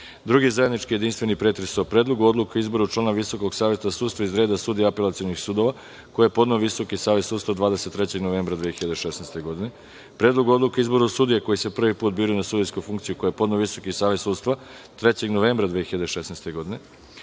2. zajednički jedinstveni pretres o: Predlogu odluke izbora o članu Visokog saveta sudstva iz reda sudija apelacionih sudova, koji je podneo Visoki savet sudstva 23. novembra 2016. godine, Predlogu odluke o izboru sudija koji se prvi put bira na sudijsku funkciju, koji je podneo Visoki savet sudstva 3. novembra 2016. godine,